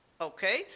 okay